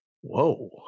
Whoa